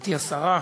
גברתי השרה,